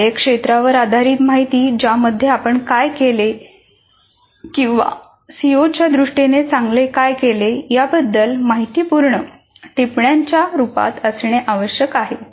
कार्यक्षेत्रावर आधारित माहिती ज्यामध्ये आपण काय केले किंवा सीओच्या दृष्टीने चांगले काय केले याबद्दल माहितीपूर्ण टिप्पण्यांच्या रूपात असणे आवश्यक आहे